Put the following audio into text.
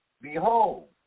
Behold